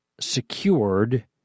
secured